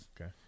Okay